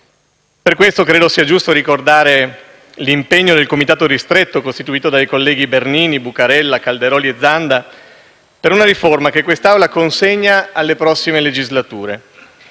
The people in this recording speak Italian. Per questo è giusto ricordare l'impegno del Comitato ristretto, composto dai colleghi Bernini, Buccarella, Calderoli e Zanda per una ragione che quest'Assemblea consegna alle prossime legislature,